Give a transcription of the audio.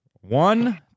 One